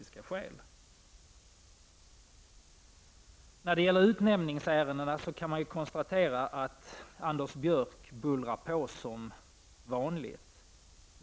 När det gäller utnämningsärendena kan man konstatera att Anders Björck bullrar på som vanligt.